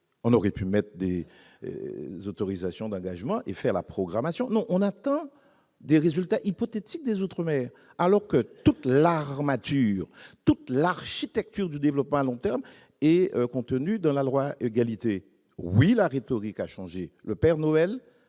on aurait pu mettre des autorisations d'engagement et faire la programmation non, on attend des résultats hypothétiques des outre-mer alors que toute l'armature toute l'architecture du développement à long terme est contenue dans la loi égalité oui la rhétorique a changé, le Père Noël,